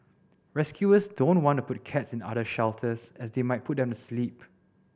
rescuers don't want to put cats in other shelters as they might put them to sleep